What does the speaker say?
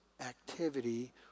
activity